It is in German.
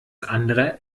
andere